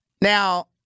Now